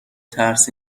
ترس